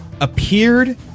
appeared